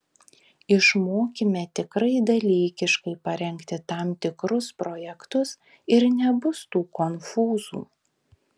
išmokime tikrai dalykiškai parengti tam tikrus projektus ir nebus tų konfūzų